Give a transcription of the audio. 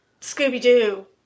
Scooby-Doo